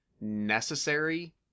necessary